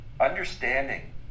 understanding